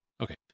Okay